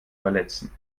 verletzen